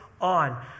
on